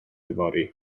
yfory